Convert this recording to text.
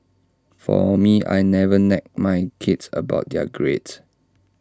for me I never nag my kids about their grades